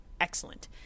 Excellent